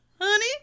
Honey